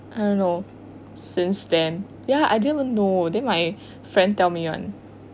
I don't know since then ya I didn't even know then my friend tell me [one]